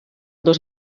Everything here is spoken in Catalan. dos